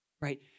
right